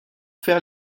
faire